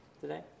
today